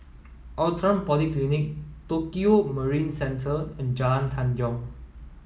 Outram Polyclinic Tokio Marine Centre and Jalan Tanjong